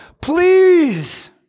please